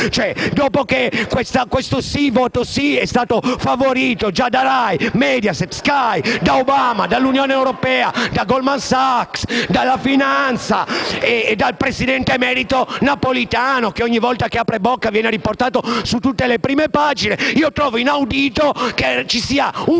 Dopo che il sì al *referendum* è stato favorito già da RAI, Mediaset*,* Sky, da Obama, dall'Unione europea*,* da Goldman Sachs, dalla finanza e dal presidente emerito Napolitano (che ogni volta che apre bocca viene riportato su tutte le prime pagine), trovo inaudito che vi sia il